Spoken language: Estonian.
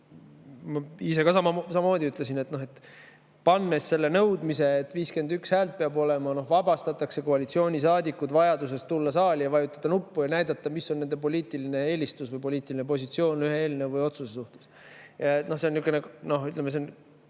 ka ütlesin samamoodi, et pannes selle nõudmise, et 51 häält peab olema, vabastatakse koalitsioonisaadikud vajadusest tulla saali, vajutada nuppu ja näidata, mis on nende poliitiline eelistus või poliitiline positsioon eelnõu või otsuse suhtes. See on niisugune